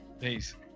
Peace